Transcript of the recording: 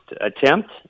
attempt